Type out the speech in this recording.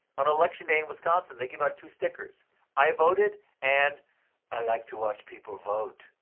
on election day in wisconsin, they give out two stickers i voted, and i like to watch people vote